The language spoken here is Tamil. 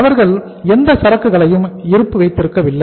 அவர்கள் எந்த சரக்குகளையும் இருப்பு வைத்திருக்கவில்லை